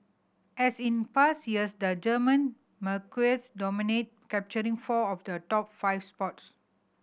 as in past years the German marques dominate capturing four of the top five spots